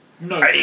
No